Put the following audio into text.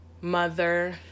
mother